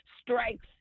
strikes